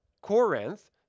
Corinth